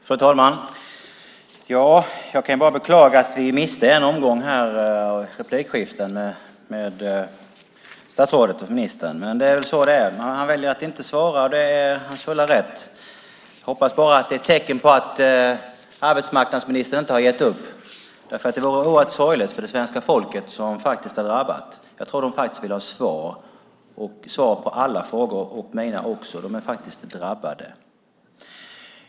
Fru talman! Jag kan bara beklaga att vi miste en omgång replikskiften med statsrådet, men det är väl så det är. Han väljer att inte svara, och det är hans fulla rätt. Jag hoppas bara att det är ett tecken på att arbetsmarknadsministern inte har gett upp. Det skulle nämligen vara oerhört sorgligt för det svenska folket, som faktiskt är drabbat. Jag tror att de vill ha svar på alla frågor, mina också. De är faktiskt drabbade.